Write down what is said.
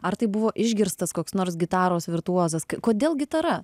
ar tai buvo išgirstas koks nors gitaros virtuozas kodėl gitara